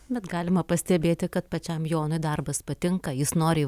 bet galima pastebėti kad pačiam jonui darbas patinka jis noriai